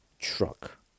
truck